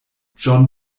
john